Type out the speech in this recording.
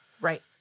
Right